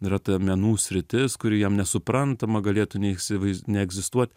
yra ta menų sritis kuri jam nesuprantama galėtų neįsivaiz neegzistuot